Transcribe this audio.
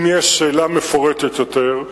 אם יש שאלה מפורטת יותר,